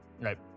Right